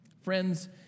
friends